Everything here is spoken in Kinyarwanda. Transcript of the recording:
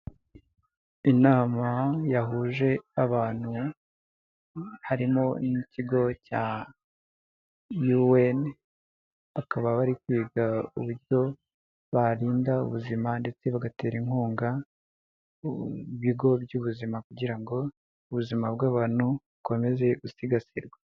Inama yahuje abantu harimo n'ikigo cya UN, bakaba bari kwiga uburyo barinda ubuzima ndetse bagatera inkunga bigo by'ubuzima kugira ngo ubuzima bw'abantu bukomeze gusigasirwa.